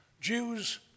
Jews